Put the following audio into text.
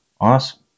Awesome